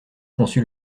conçut